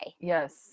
Yes